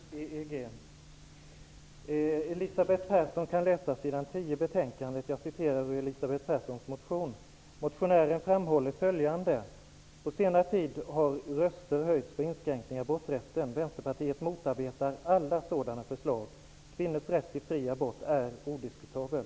Herr talman! Tack för rättelsen -- det skall vara Elisabeth Persson kan läsa på s. 10 i betänkandet. Jag citerar ur Elisabeth Perssons motion: ''På senare tid har röster höjts för inskränkningar i aborträtten. Vänsterpartiet motarbetar alla sådana förslag. Kvinnors rätt till fri abort är odiskutabel.''